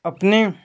अपने